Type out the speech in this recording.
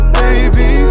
baby